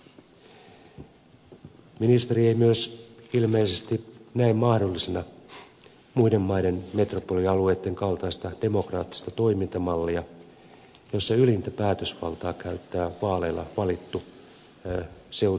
ministeri ei myöskään ilmeisesti näe mahdollisena muiden maiden metropolialueitten kaltaista demokraattista toimintamallia jossa ylintä päätösvaltaa käyttää vaaleilla valittu seutuvaltuusto